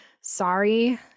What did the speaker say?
sorry